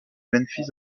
memphis